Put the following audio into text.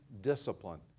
discipline